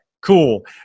cool